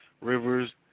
rivers